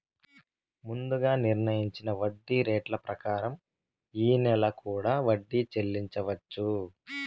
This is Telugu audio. ముందుగా నిర్ణయించిన వడ్డీ రేట్ల ప్రకారం నెల నెలా కూడా వడ్డీ చెల్లించవచ్చు